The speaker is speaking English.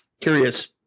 curious